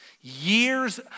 years